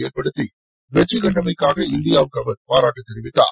ஏற்படுத்தி வெற்றிகண்டமைக்காக இந்தியாவுக்கு அவர் பாராட்டு தெரிவித்தார்